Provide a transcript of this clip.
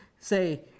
Say